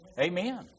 Amen